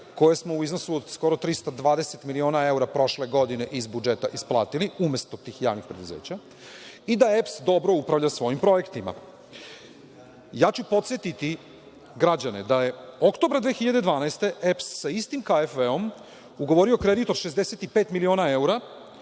koje smo u iznosu od skoro 320 miliona evra prošle godine iz budžeta isplatili umesto tih javnih preduzeća i da EPS dobro upravlja svojim projektima. Ja ću podsetiti građane da je oktobra 2012. godine EPS sa istim „KfW“ ugovorio kredit od 65 miliona evra